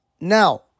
Now